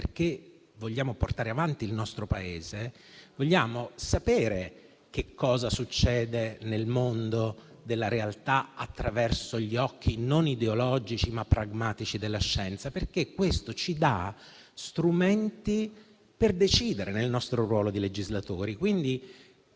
perché vogliamo portare avanti il nostro Paese, vogliamo sapere che cosa succede nel mondo della realtà attraverso gli occhi non ideologici ma pragmatici della scienza, perché questo ci dà strumenti per decidere nel nostro ruolo di legislatori.